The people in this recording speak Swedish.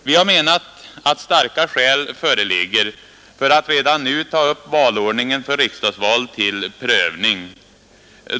Vi har menat att starka skäl föreligger för att redan nu ta upp valordningen till prövning.